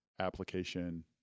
application